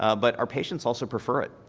ah but our patients also prefer it.